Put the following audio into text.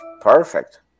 perfect